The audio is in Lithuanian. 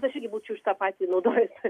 aš irgi būčiau šitą patį naudojusi